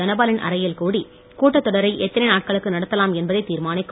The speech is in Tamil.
தனபாலின் அறையில் கூடி கூட்டத் தொடரை எத்தனை நாட்களுக்கு நடத்தலாம் என்பதை தீர்மானிக்கும்